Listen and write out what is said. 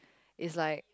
is like